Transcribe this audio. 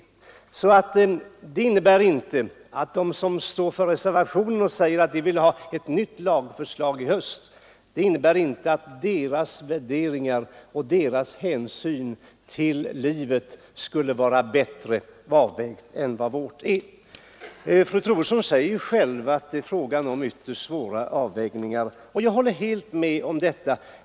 Den meningsskillnad som föreligger innebär inte att de, som står för reservationen och säger att de vill ha ett nytt lagförslag i höst, skulle ha bättre avvägda värderingar och större hänsyn till livet än vi har. Fru Troedsson säger själv att det är fråga om ytterst svåra avvägningar, och jag håller helt med om det.